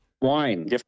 Wine